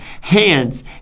hands